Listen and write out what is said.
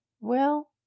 Well